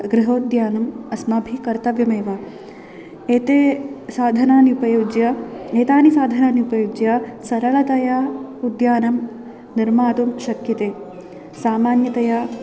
गृहोद्यानम् अस्माभिः कर्तव्यमेव एते साधनानि उपयुज्य एतानि साधनानि उपयुज्य सरलतया उद्यानं निर्मातुं शक्यते सामान्यतया